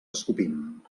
escopim